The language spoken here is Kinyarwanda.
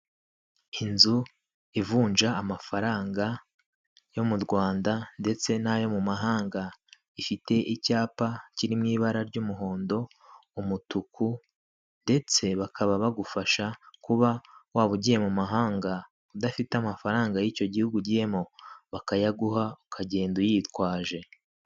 Inzu ivunja amafaranga yo mu Rwanda ndetse n'ayo mu mahanga ifite icyapa kiri mu ibara ry'umuhondo, umutuku ndetse bakaba bagufasha kuba waba ugiye mu mahanga udafite amafaranga y'icyo gihugu ugiyemo bakayaguha ukagenda uyitwaje.